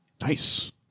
Nice